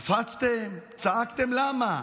קפצתם, צעקתם, למה?